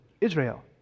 Israel